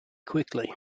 quickly